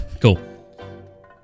Cool